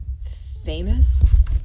Famous